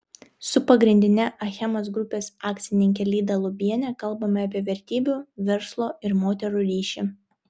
su pagrindine achemos grupės akcininke lyda lubiene kalbame apie vertybių verslo ir moterų ryšį